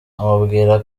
amubwira